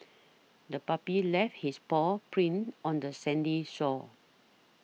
the puppy left his paw prints on the sandy shore